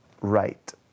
right